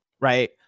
right